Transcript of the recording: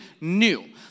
new